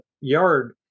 yard